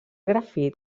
grafit